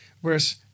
Whereas